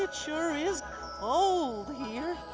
ah sure is cold here.